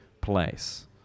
place